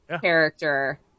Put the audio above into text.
character